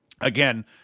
Again